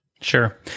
Sure